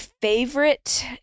favorite